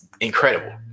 incredible